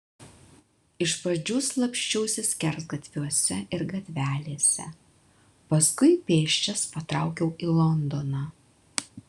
iš pradžių slapsčiausi skersgatviuose ir gatvelėse paskui pėsčias patraukiau į londoną